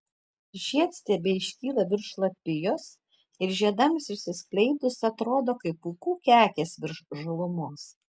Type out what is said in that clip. žiedstiebiai iškyla virš lapijos ir žiedams išsiskleidus atrodo kaip pūkų kekės virš žalumos